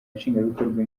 nshingwabikorwa